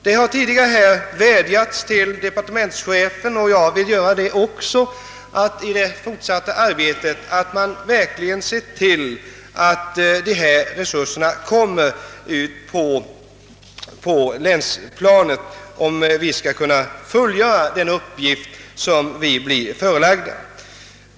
Jag skulle, i likhet med en del tidigare talare i dag, vilja vädja till departementschefen att man i det fortsatta arbetet verkligen ser till att ge instanserna på länsplanet sådana resurser. Det är nödvändigt, om vi skall kunna fullfölja de uppgifter som vi blir förelagda.